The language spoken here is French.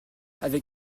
avec